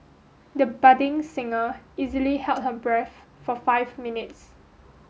the budding singer easily held her breath for five minutes